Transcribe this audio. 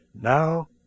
Now